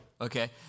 Okay